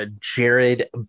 jared